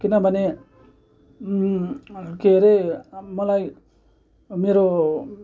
किनभने के रे मलाई मेरो